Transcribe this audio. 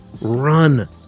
run